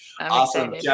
awesome